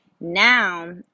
Now